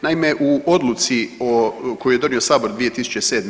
Naime, u odluci koju je donio sabor 2007.